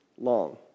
long